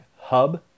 hub